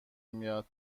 میاد